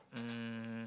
um